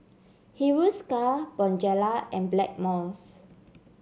Hiruscar Bonjela and Blackmores